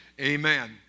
Amen